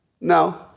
No